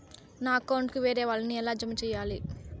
నా అకౌంట్ కు వేరే వాళ్ళ ని ఎలా జామ సేయాలి?